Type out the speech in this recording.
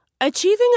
Achieving